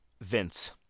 Vince